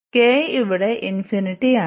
k ഇവിടെ ആണ്